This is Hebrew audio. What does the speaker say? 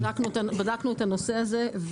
בדקנו את הנושא הזה.